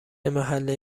محله